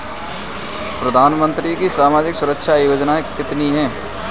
प्रधानमंत्री की सामाजिक सुरक्षा योजनाएँ कितनी हैं?